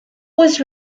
was